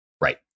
Right